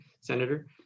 Senator